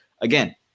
again